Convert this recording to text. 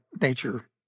nature